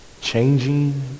changing